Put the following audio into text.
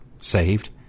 saved